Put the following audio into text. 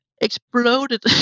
exploded